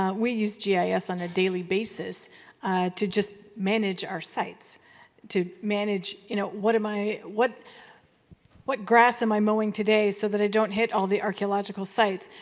we use yeah gis on a daily basis to just manage our sites to manage, you know, what am i what what grass am i mowing today so that i don't hit all the archaeological sites?